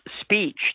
speech